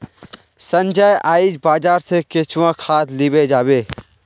संजय आइज बाजार स केंचुआ खाद लीबा जाबे